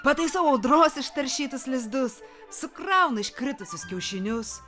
pataisau audros ištaršytus lizdus sukraunu iškritusius kiaušinius